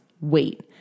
Wait